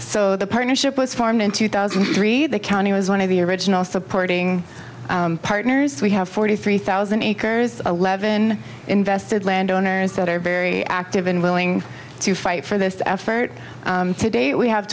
so the partnership was farm in two thousand and three the county was one of the original supporting partners we have forty three thousand acres eleven invested landowners that are very active and willing to fight for this effort today we have